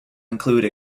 include